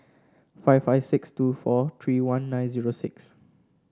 five five six two four three one nine zero six